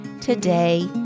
today